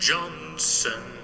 Johnson